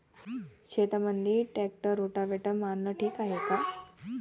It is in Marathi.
शेतामंदी ट्रॅक्टर रोटावेटर मारनं ठीक हाये का?